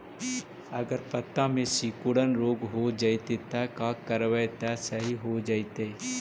अगर पत्ता में सिकुड़न रोग हो जैतै त का करबै त सहि हो जैतै?